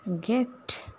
Get